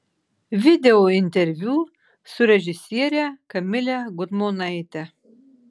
video interviu su režisiere kamile gudmonaite